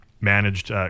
managed